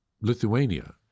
Lithuania